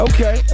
Okay